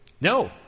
no